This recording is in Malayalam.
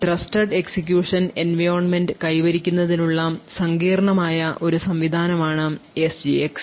Trusted execution environment കൈവരിക്കുന്നതിനുള്ള സങ്കീർണ്ണമായ ഒരു സംവിധാനമാണ് എസ്ജിഎക്സ്